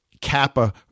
kappa